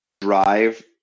drive